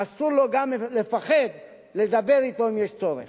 אסור לו גם לפחד לדבר אתו, אם יש צורך.